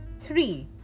three